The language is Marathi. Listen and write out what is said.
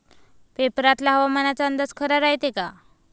पेपरातला हवामान अंदाज खरा रायते का?